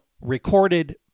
recorded